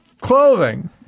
clothing